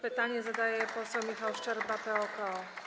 Pytanie zadaje poseł Michał Szczerba, PO-KO.